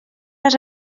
les